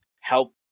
help